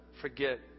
forget